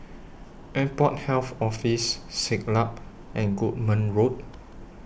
Airport Health Office Siglap and Goodman Road